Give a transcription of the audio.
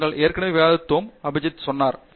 நாங்கள் ஏற்கனவே விவாதித்தோம் அபிஜித் சொன்னார்